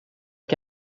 aux